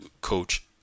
coach